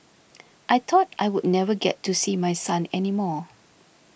I thought I would never get to see my son any more